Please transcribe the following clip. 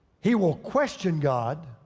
he will question god,